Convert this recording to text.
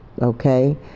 Okay